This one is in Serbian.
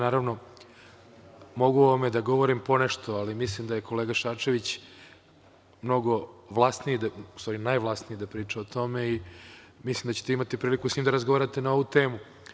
Naravno, mogu o ovome da govorim ponešto, ali mislim da je kolega Šarčević mnogo vlasniji, u stvari najvlasniji, da priča o tome i mislim da ćete imati priliku sa njim da razgovarate na ovu temu.